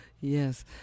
Yes